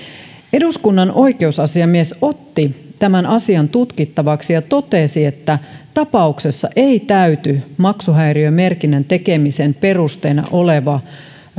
eduskunnan oikeusasiamies otti tämän asian tutkittavaksi ja totesi että tapauksessa ei täyty maksuhäiriömerkinnän tekemisen perusteena oleva